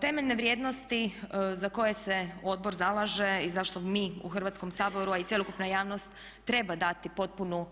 Temeljne vrijednosti za koje se odbor zalaže i zašto mi u Hrvatskom saboru a i cjelokupna javnost treba dati potpunu